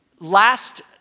Last